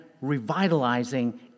revitalizing